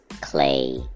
Clay